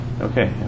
Okay